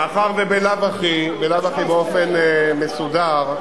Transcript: מאחר שבלאו הכי באופן מסודר,